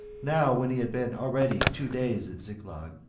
now when he had been already two days at ziklag,